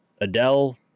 Adele